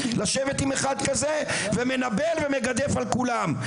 לשבת עם אחד כזה ומנבל ומגדף על כולם,